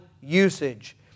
usage